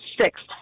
sixth